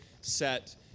set